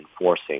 enforcing